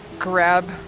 grab